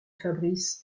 fabrice